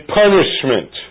punishment